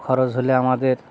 খরচ হলে আমাদের